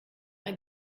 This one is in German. ein